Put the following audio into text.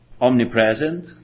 omnipresent